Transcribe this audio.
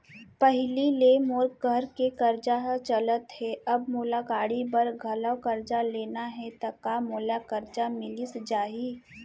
पहिली ले मोर घर के करजा ह चलत हे, अब मोला गाड़ी बर घलव करजा लेना हे ता का मोला करजा मिलिस जाही?